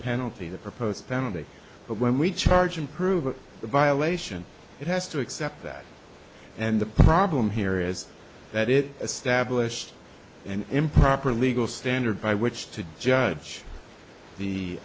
penalty the proposed penalty but when we charge and prove a violation it has to accept that and the problem here is that it established an improper legal standard by which to judge the